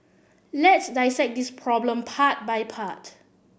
let's dissect this problem part by part